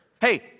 Hey